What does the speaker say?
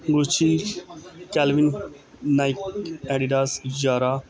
gucci calvin Nike Adidas zara